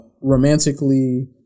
romantically